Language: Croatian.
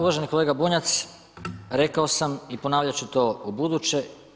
Uvaženi kolega Bunjac rekao sam i ponavljat ću to ubuduće.